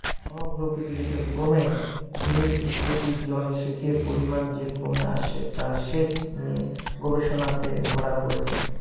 সমগ্র পৃথিবীতে ক্রমে জমিপ্রতি জলসেচের পরিমান যে কমে আসছে তা সেচ নিয়ে গবেষণাতে ধরা পড়েছে